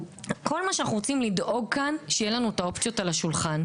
כל מה שאנחנו רוצים לדאוג כאן שיהיו לנו את האופציות על השולחן,